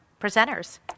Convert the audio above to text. presenters